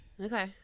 Okay